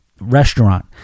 restaurant